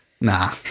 nah